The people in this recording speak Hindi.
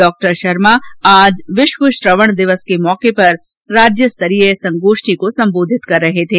डॉ शर्मा आज विश्व श्रवण दिवस के मौके पर राज्य स्तरीय संगोष्ठी को संबोधित कर रहे थे